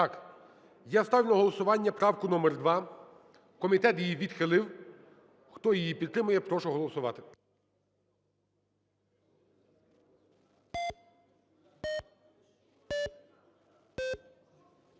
Так. Я ставлю на голосування правку номер 2. Комітет її відхилив. Хто її підтримує, прошу голосувати.